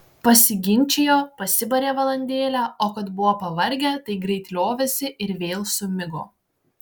pasiginčijo pasibarė valandėlę o kad buvo pavargę tai greit liovėsi ir vėl sumigo